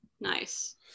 Nice